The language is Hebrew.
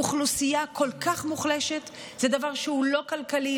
אוכלוסייה כל כך מוחלשת זה דבר שהוא לא כלכלי,